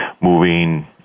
moving